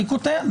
אני קוטע.